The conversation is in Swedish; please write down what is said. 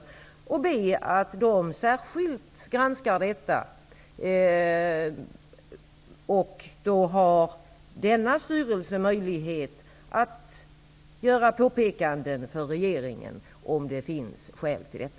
Han kan be vederbörande att särskilt granska detta, och då har styrelsen möjlighet att göra påpekanden för regeringen, om det finns skäl till detta.